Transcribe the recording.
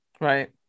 Right